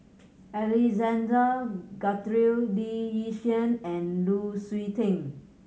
Alexander Guthrie Lee Yi Shyan and Lu Suitin